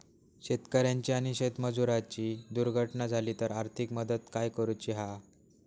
शेतकऱ्याची आणि शेतमजुराची दुर्घटना झाली तर आर्थिक मदत काय करूची हा?